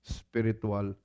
spiritual